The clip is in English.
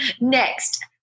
Next